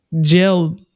jail